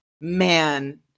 man